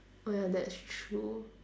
oh ya that's true